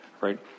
Right